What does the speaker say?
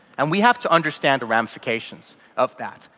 and we have to understand the ramifications of that.